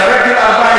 אחרי גיל 14,